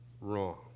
wrong